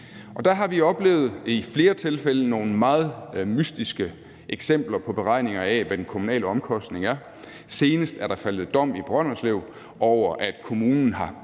Og der har vi i flere tilfælde oplevet nogle meget mystiske eksempler på beregninger af, hvad den kommunale omkostning er. Senest er der faldet dom over Brønderslev Kommune, fordi kommunen havde